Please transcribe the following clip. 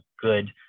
good